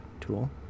tool